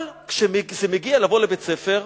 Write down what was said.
אבל כשמדובר בלבוא לבית-ספר,